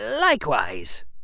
Likewise